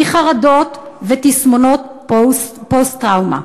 מחרדות ותסמונות פוסט-טראומה.